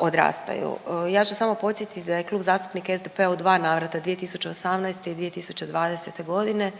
odrastaju. Ja ću samo podsjetit da je Klub zastupnika SDP-a u dva navrata, 2018. i 2020.g.